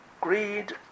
greed